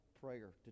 prayer